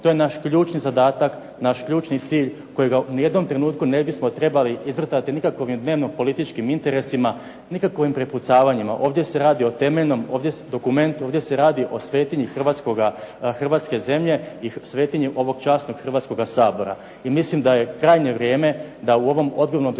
To je naš ključni zadatak, naš ključni cilj kojega u ni jednom trenutku ne bismo trebali izvrtati nikakovim dnevno-političkim interesima, nikakovim prepucavanjima. Ovdje se radi o temeljnom dokumentu. Ovdje se radi o svetinji hrvatske zemlje i svetinje ovog časnog Hrvatskoga sabora.